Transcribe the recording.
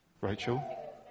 Rachel